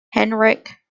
henrik